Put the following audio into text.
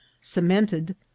cemented